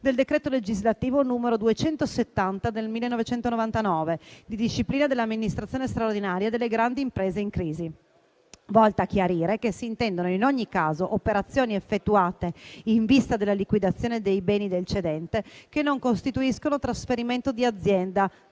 del decreto legislativo n. 270 del 1999 di disciplina dell'amministrazione straordinaria delle grandi imprese in crisi, volta a chiarire che si intendono in ogni caso operazioni effettuate in vista della liquidazione dei beni del cedente, che non costituiscono trasferimento di azienda,